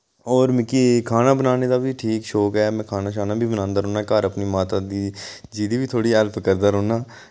और मिकी खाना बनाने दा बी ठीक शौक ऐ मैं खाना शाना बी बनांदा रौह्न्नां घर अपनी माता दी जी दी बी थोह्ड़ी हैल्प करदा रौह्न्नां